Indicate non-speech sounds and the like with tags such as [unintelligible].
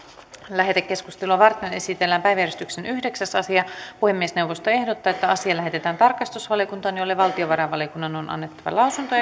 lähetekeskustelua varten esitellään päiväjärjestyksen yhdeksäs asia puhemiesneuvosto ehdottaa että asia lähetetään tarkastusvaliokuntaan jolle valtiovarainvaliokunnan on annettava lausunto [unintelligible]